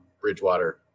Bridgewater